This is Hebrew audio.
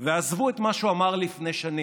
עזבו את מה שהוא אמר לפני שנים.